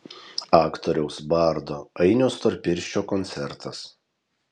aktoriaus bardo ainio storpirščio koncertas